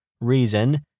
reason